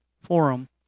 forum